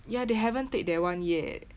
ya they haven't take that one yet